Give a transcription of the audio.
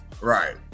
Right